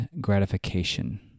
gratification